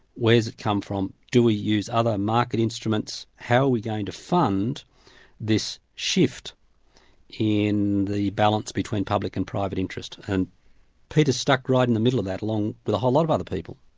where does it come from? do we use other market instruments? how are we going to fund this shift in the balance between public and private interest, and peter's stuck right in the middle of that, along with a whole lot of other people.